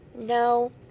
no